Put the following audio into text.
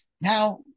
Now